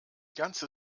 ganze